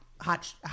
hot